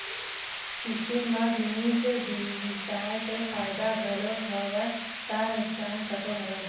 किस्ती म जिनिस बिसाय के फायदा घलोक हवय ता नुकसान तको हवय